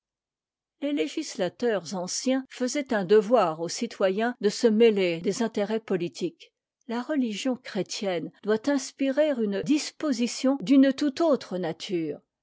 les législateurs anciens faisaient un devoir aux citoyens de se mêler des intérêts politiques la religion chrétienne doit inspirer une disposition d'une tout autre nature